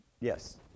Yes